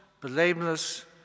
blameless